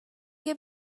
que